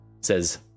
says